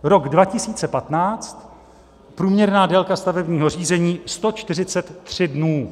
Rok 2015 průměrná délka stavebního řízení 143 dnů.